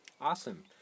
Awesome